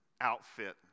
outfit